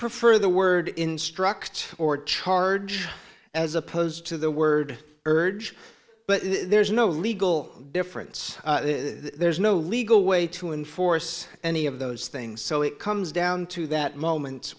prefer the word instruct or charge as opposed to the word urge but there's no legal difference there's no legal way to enforce any of those things so it comes down to that moment